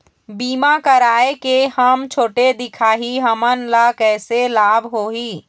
बीमा कराए के हम छोटे दिखाही हमन ला कैसे लाभ होही?